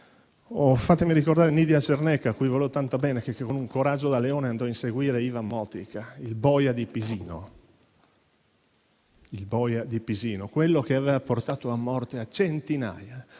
Fatemi ricordare Nidia Cernecca, a cui volevo tanto bene e che, con un coraggio da leone, andò a inseguire Ivan Motika, il boia di Pisino, che aveva portato a morte centinaia